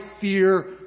fear